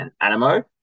Animo